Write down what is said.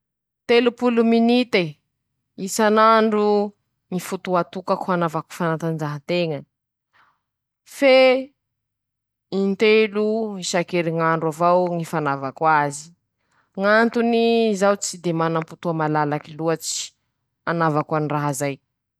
Ñy raha tokony ho hain-teña mikasiky ñ'olo raiky lafa teñahanambaly azy: -ñy karazany, ñy tany niboahany, ñy razany, ñy fianakaviany, ñy añarany babany amin-dreniny, ñy lilin-drozy, ñy fombany, ñy toetsiny, ñy fomba fieretseretany, ñy fitiavany an-teña koa a tsy atao ambanin-<…>.